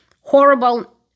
Horrible